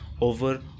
over